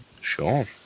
Sure